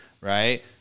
right